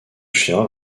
chien